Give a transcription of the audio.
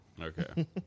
Okay